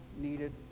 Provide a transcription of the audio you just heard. needed